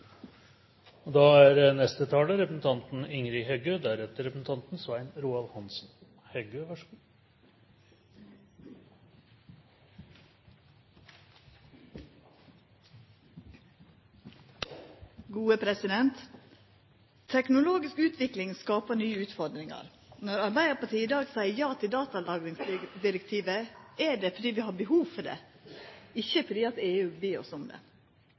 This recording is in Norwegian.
men da forventer jeg den samme respekten tilbake. Teknologisk utvikling skapar nye utfordringar. Når Arbeidarpartiet i dag seier ja til datalagringsdirektivet, er det fordi vi har behov for det – ikkje fordi EU ber oss om det.